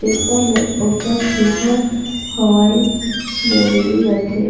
तेकर ले ओकर सुग्घर होवई जरूरी रहथे